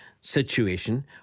situation